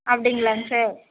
அப்படிங்களாங்க sir